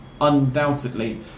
undoubtedly